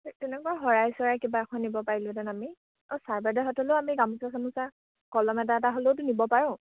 তেনেকুৱা শৰাই চৰাই কিবা এখন নিব পাৰিলোহেঁতেন আমি অঁ চাৰ বাইদেউহঁতেলেও আমি গামোচা চামুচা কলম এটা এটা হ'লেওতো নিব পাৰোঁ